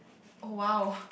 oh !wow!